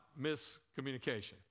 miscommunication